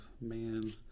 Man